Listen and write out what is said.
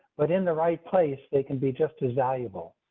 but in the right place, they can be just as valuable.